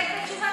תסתפק בתשובת